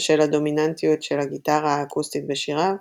בשל הדומיננטיות של הגיטרה האקוסטית בשיריו,